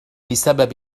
بسبب